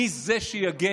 מי זה שיגן?